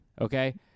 Okay